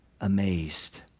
amazed